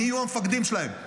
מי יהיו המפקדים שלהם.